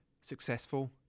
successful